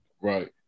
right